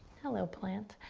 hello, plant.